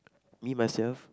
me myself